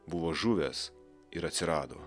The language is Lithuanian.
buvo žuvęs ir atsirado